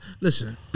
Listen